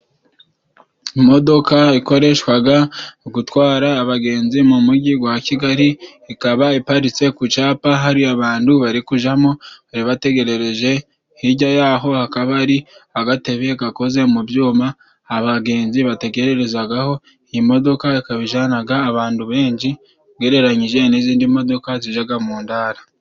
Imodoka ikoreshwaga mu gutwara abagenzi mu Mujyi gwa Kigali, ikaba iparitse ku capa hari abantu bari kujamo bari bategerereje hijya yaho hakaba hari agatebe gakoze mu byuma abagenzi bategerezagaho iyi modoka ikaba ijanaga abantu benshi ugereranyije n'izindi modoka zijyaga mu ndara.